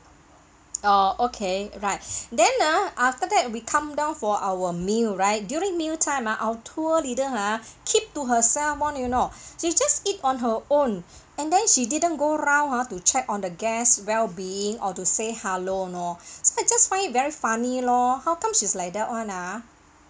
orh okay right then ah after that we come down for our meal right during meal time ah our tour leader ah keep to herself [one] you know she just eat on her own and then she didn't go round ha to check on the guests well being or to say hallo you know so I just find it very funny lor how comes she's like that [one] ah